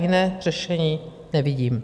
Jiné řešení nevidím.